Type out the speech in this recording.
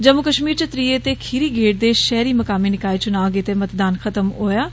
जम्मू कश्मीर च त्रीऐ ते खीरी गेड़ दे शैहरी मकामी निकाय चुनां गितै मतदान खत्म होई गेया ऐ